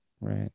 right